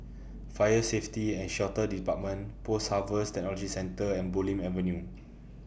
Fire Safety and Shelter department Post Harvest Technology Centre and Bulim Avenue